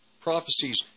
prophecies